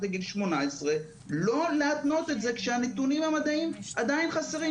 לגיל 18 לא להתנות את זה כשהנתונים המדעיים עדיין חסרים.